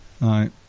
Right